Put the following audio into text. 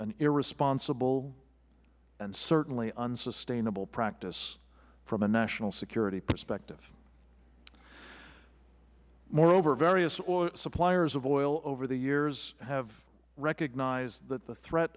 an irresponsible and certainly unsustainable practice from the national security perspective moreover various suppliers of oil over the years have recognized that the threat